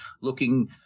looking